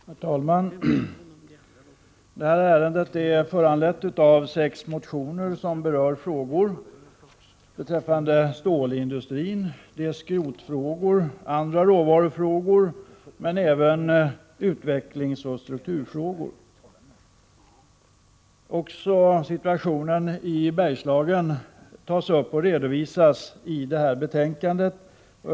Herr talman! Detta ärende är föranlett av sex motioner som berör frågor om stålindustrin, skrotfrågor, andra råvarufrågor men även utvecklingsoch strukturfrågor. Också situationen i Bergslagen tas upp och redovisas i detta betänkande.